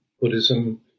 Buddhism